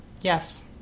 Yes